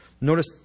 Notice